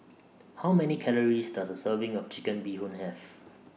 How Many Calories Does A Serving of Chicken Bee Hoon Have